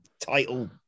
title